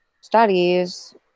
studies